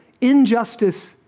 injustice